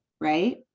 right